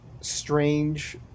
strange